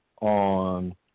on